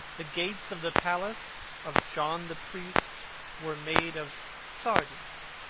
the gates of the palace of john the priest were made of sardius,